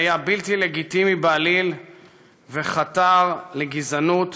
שהיה בלתי לגיטימי בעליל וחתר לגזענות,